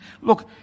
look